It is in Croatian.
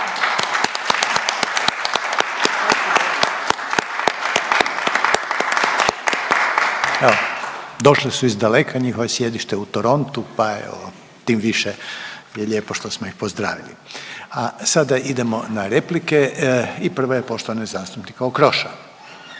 došle su iz daleka, njihovo sjedište je u Torontu, pa evo tim više je lijepo što smo ih pozdravili, a sada idemo na replike i prva je poštovani zastupnik Okroša.